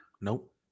Nope